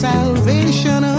Salvation